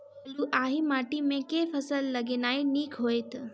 बलुआही माटि मे केँ फसल लगेनाइ नीक होइत?